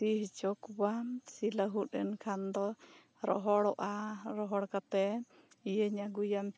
ᱥᱤ ᱪᱚᱠᱚᱣᱟ ᱥᱤ ᱞᱟᱹᱦᱩᱫ ᱮᱱ ᱠᱷᱟᱱ ᱫᱚ ᱨᱚᱦᱚᱲᱚᱜᱼᱟ ᱨᱚᱦᱚᱲ ᱠᱟᱛᱮᱜ ᱤᱭᱟᱹᱧ ᱟᱹᱜᱩᱭᱟ